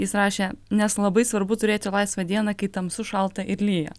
jis rašė nes labai svarbu turėti laisvą dieną kai tamsu šalta ir lyja